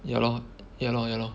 ya lor ya lor ya lor